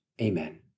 Amen